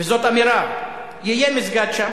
וזאת אמירה, יהיה מסגד שם.